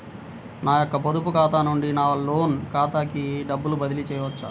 నా యొక్క పొదుపు ఖాతా నుండి నా లోన్ ఖాతాకి డబ్బులు బదిలీ చేయవచ్చా?